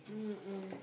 mm mm